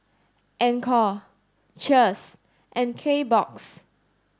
Anchor Cheers and Kbox